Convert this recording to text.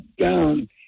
down